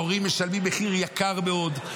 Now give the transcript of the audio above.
ההורים משלמים מחיר יקר מאוד,